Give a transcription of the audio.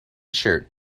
shirt